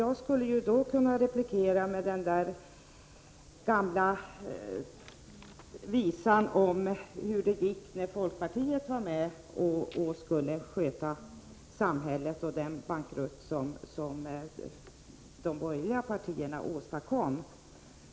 Jag skulle kunna replikera med den gamla visan om hur det gick när folkpartiet var med och skulle sköta samhället och om den bankrutt som de borgerliga partierna åstadkom.